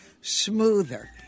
smoother